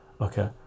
okay